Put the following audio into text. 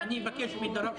זאת דעתנו.